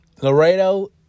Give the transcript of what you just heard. Laredo